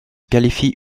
qualifie